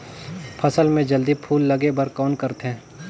फसल मे जल्दी फूल लगे बर कौन करथे?